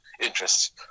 interests